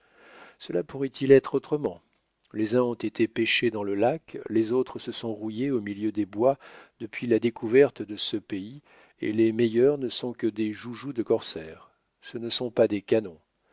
cela pourrait-il être autrement les uns ont été péchés dans le lac les autres se sont rouillés au milieu des bois depuis la découverte de ce pays et les meilleurs ne sont que des joujoux de corsaires ce ne sont pas des canons